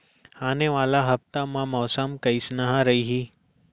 आने वाला हफ्ता मा मौसम कइसना रही?